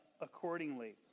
accordingly